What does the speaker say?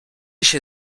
się